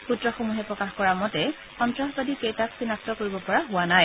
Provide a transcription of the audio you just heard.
সূত্ৰসমূহে প্ৰকাশ কৰা মতে সন্তাসবাদী কেইটাক চিনাক্ত কৰিব পৰা হোৱা নাই